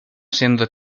siendo